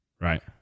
Right